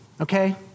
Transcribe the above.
Okay